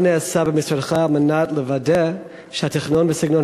מה נעשה במשרדך על מנת לוודא שהתכנון וסגנון